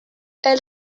elle